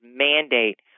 mandate